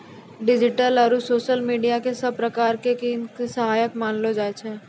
digital आरू social media क सब प्रकार स वित्त के सहायक मानलो जाय छै